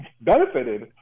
benefited